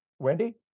Wendy